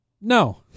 No